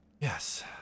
Yes